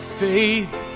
faith